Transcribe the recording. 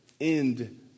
end